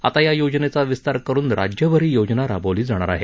आता या योजनेचा विस्तार करून राज्यभर ही योजना राबवली जाणार आहे